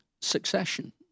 succession